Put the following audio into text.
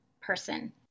person